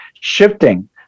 shifting